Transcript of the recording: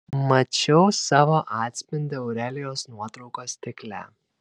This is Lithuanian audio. mačiau savo atspindį aurelijos nuotraukos stikle